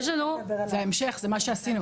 יש לנו --- זה ההמשך, זה מה שעשינו.